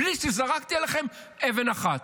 בלי שזרקתי עליכם אבן אחת,